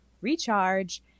recharge